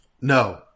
No